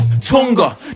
Tonga